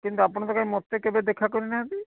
କିନ୍ତୁ ଆପଣ ତ ମୋତେ କେବେ ଦେଖା କରିନାହାନ୍ତି